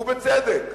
ובצדק.